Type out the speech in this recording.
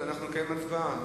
אנחנו נקיים הצבעה.